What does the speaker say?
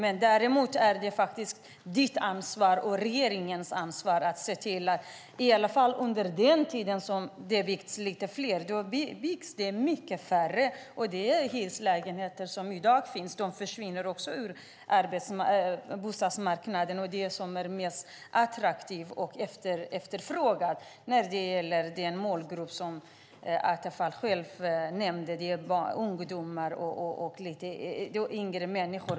Det är ditt och regeringens ansvar att se till att det byggs mer. Det byggs nu färre lägenheter. De hyreslägenheter som finns i dag försvinner också från bostadsmarknaden. Attefall nämnde själv de lägenheter som är mest attraktiva och efterfrågade för ungdomar och andra yngre människor.